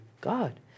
God